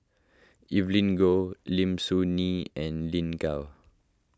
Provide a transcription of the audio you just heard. Evelyn Goh Lim Soo Ngee and Lin Gao